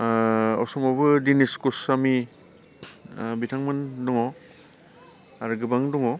असमावबो Dinesh Goswami बिथांमोन दङ आरो गोबां दङ